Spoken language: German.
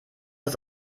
das